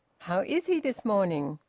how is he this morning?